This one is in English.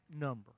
number